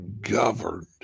governed